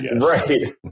Right